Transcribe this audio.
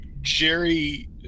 Jerry